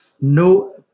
no